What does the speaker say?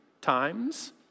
times